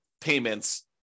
payments